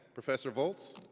professor volz.